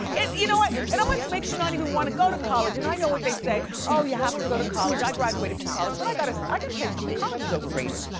and you know what, it and almost makes you not even wanna go to college and i know what they say, oh, you have to go to college. i graduated from college but i gotta i gotta tell you something, college is overrated